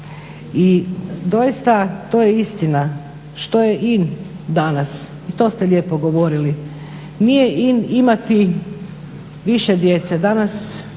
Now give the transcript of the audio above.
I doista to je istina što je in danas i to ste lijepo govorili. Nije in imati više djece, danas se